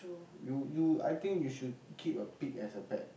you you I think you should keep a pig as a pet